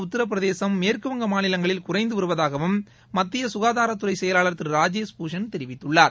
உத்தரப்பிரதேசும் மேற்குவங்கம் மாநிலங்களில் குறைந்து வருவதாகவும் மத்திய சுகாதாரத்துறை செயலாளர் திரு ராஜேஷ் பூஷன் தெரிவித்துள்ளார்